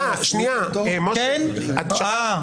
50%-50%.